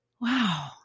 wow